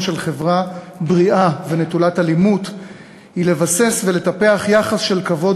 של חברה בריאה ונטולת אלימות היא לבסס ולטפח יחס של כבוד